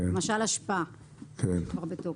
למשל אשפה כבר בתוקף,